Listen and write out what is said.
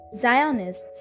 zionists